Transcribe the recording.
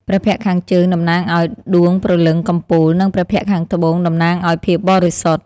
ព្រះភ័ក្ត្រខាងជើង តំណាងឱ្យ ដូងព្រលឹងកំពូល និង ព្រះភ័ក្ត្រខាងត្បូង តំណាងឱ្យភាពបរិសុទ្ធ ។។